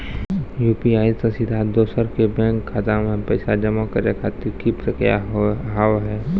UPI से सीधा दोसर के बैंक खाता मे पैसा जमा करे खातिर की प्रक्रिया हाव हाय?